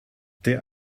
der